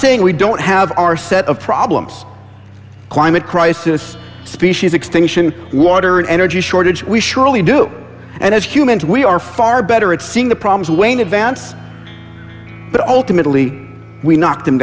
saying we don't have our set of problems climate crisis species extinction water and energy shortage we surely do and as humans we are far better at seeing the problems way in advance but ultimately we knock them